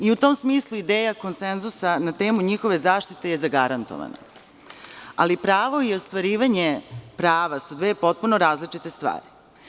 U tom smislu, ideja konsenzusa na temu njihove zaštite je zagarantovana, ali pravo i ostvarivanje prava su dve potpuno različite stvari.